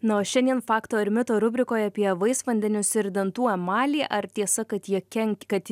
na o šiandien fakto ar mito rubrikoje apie vaisvandenius ir dantų emalį ar tiesa kad jie kenk kad